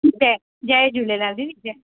ठीकु आहे जय झूलेलाल दीदी जय